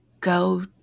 go